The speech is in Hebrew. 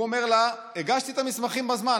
הוא אומר לה: הגשתי את המסמכים בזמן,